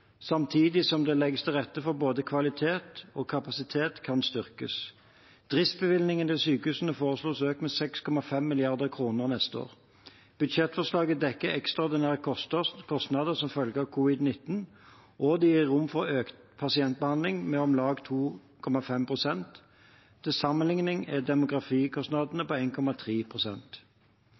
samtidig som det legges til rette for at både kvalitet og kapasitet kan styrkes. Driftsbevilgningene til sykehusene foreslås økt med 6,5 mrd. kr neste år. Budsjettforslaget dekker ekstraordinære kostnader som følge av covid-19, og det gir rom for å øke pasientbehandlingen med om lag 2,5 pst. Til sammenligning er demografikostnadene på 1,3 pst. 200 mill. kr skal gå til en